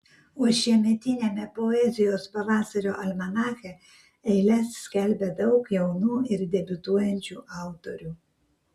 o šiemetiniame poezijos pavasario almanache eiles skelbia daug jaunų ir debiutuojančių autorių